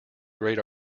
great